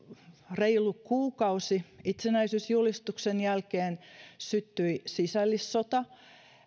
reilu kuukausi itsenäisyysjulistuksen jälkeen syttyi sisällissota